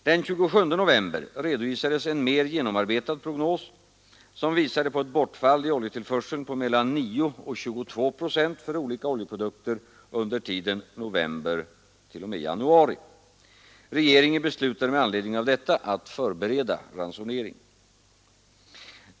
Den 27 november redovisades en mer genomarbetad prognos, som visade på ett bortfall i oljetillförseln på mellan 9 och 22 procent för olika oljeprodukter under tiden november—januari. Regeringen beslutade med anledning av detta att förbereda ransonering.